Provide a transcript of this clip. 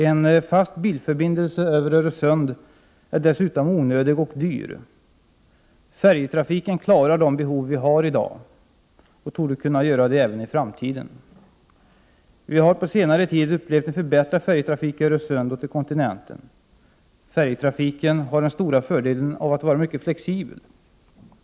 En fast bilförbindelse över Öresund är dessutom onödig och dyr. Färjetrafiken klarar de behov vi har i dag, och torde kunna göra det även i framtiden. Vi har på senare tid upplevt en förbättrad färjetrafik i Öresund Prot. 1988/89:35 och till kontinenten. Färjetrafiken har den stora fördelen att vara mycket 30 november 1988 flexibel.